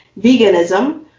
veganism